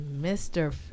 Mr